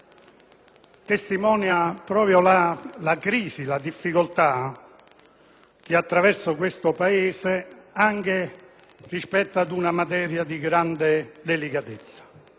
testimonia la crisi, la difficoltà che attraversa questo Paese nell'affrontare una materia di grande delicatezza.